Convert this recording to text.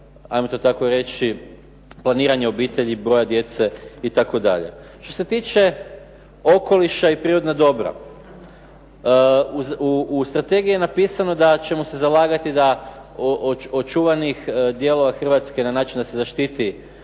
ajmo to tako reći planiranje obitelji, broja djece itd. Što se tiče okoliša i prirodnog dobra, u strategiji je napisano da ćemo se zalagati da očuvanih dijelova Hrvatske na način da se zaštiti nekim